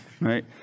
right